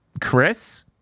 Chris